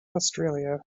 australia